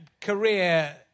career